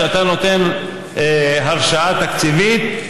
כשאתה נותן הרשאה תקציבית,